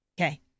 okay